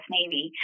Navy